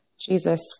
Jesus